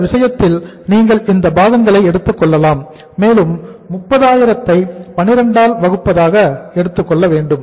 இந்த விஷயத்தில் நீங்கள் இந்த பாகங்களை எடுத்துக் கொள்ளலாம் மேலும் 30000 ஐ 12 ஆல் வகுப்பதாக எடுத்துக்கொள்ளலாம்